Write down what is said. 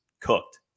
cooked